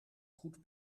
goed